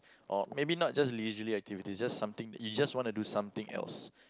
or maybe not just leisurely activities just something you just want to do something else